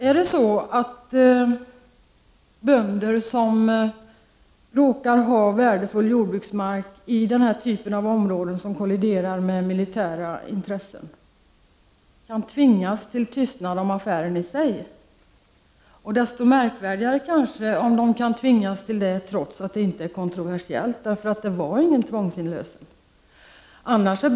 Är det så att bönder som råkar ha värdefull jordbruksmark i den här typen av område som kolliderar med miljöintressen kan tvingas till tystnad om affären i sig? Detta är kanske desto märkvärdigare om de kan tvingas till tystnad, trots att det inte var fråga om någonting kontroversiellt, trots att det inte var fråga om någon tvångsinlösen.